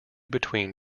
between